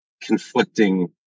conflicting